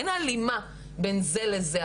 אין הלימה בין זה לזה.